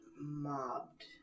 mobbed